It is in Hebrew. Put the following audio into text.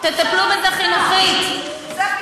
"תטפלו בזה חינוכית" זה הפתרון,